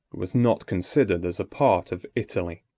was not considered as a part of italy.